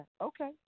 Okay